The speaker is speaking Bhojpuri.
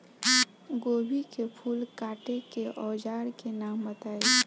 गोभी के फूल काटे के औज़ार के नाम बताई?